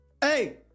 hey